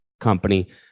Company